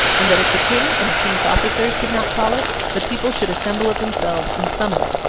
and that if the king and the king's officers did not call it, the people should assemble of themselves and summon it,